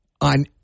on